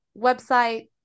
website